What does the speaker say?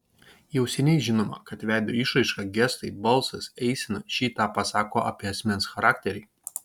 jau seniai žinoma kad veido išraiška gestai balsas eisena šį tą pasako apie asmens charakterį